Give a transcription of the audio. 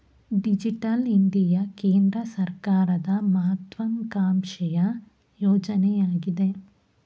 digital India ಕೇಂದ್ರ ಸರ್ಕಾರದ ಮಹತ್ವಾಕಾಂಕ್ಷೆಯ ಯೋಜನೆಯಗಿದೆ